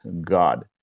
god